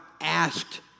asked